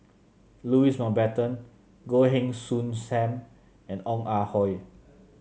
Louis Mountbatten Goh Heng Soon Sam and Ong Ah Hoi